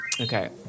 Okay